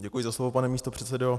Děkuji za slovo, pane místopředsedo.